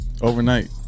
Overnight